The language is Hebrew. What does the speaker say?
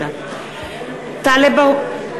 (קוראת בשמות חברי הכנסת) טלב אבו